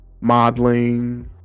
modeling